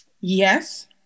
Yes